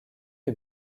est